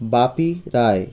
বাপি রায়